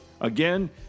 Again